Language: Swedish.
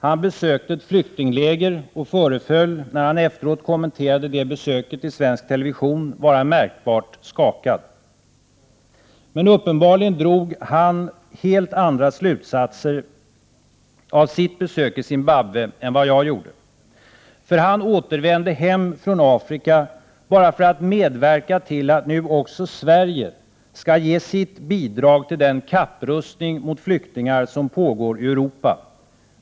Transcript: Han besökte ett flyktingläger och föreföll, när han efteråt kommenterade besöket i svensk television, vara märkbart skakad. Men uppenbarligen drog han helt andra slutsatser av sitt besök i Zimbabwe än vad jag gjorde av mitt. Han återvände hem från Afrika bara för att medverka till att också Sverige nu skall ge sitt bidrag till den kapprustning mot flyktingar som pågår i Europa.